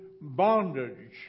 bondage